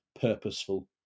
purposeful